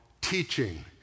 teaching